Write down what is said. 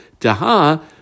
Daha